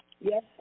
Yes